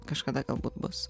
kažkada galbūt bus